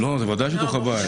לא, בוודאי שאת יכולה.